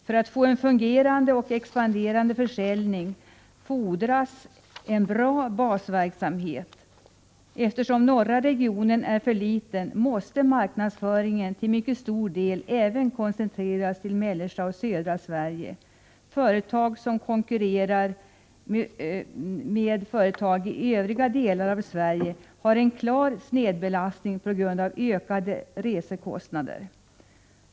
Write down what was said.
För en fungerande och expanderande försäljning fordras en bra basverksamhet. Eftersom norra regionen är för liten måste marknadsföringen till mycket stor del koncentreras till mellersta och södra Sverige. Företag i norr som konkurrerar med företag i övriga delar av Sverige har en klar snedbelastning på grund av ökade resekostnader.